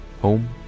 Home